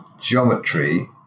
geometry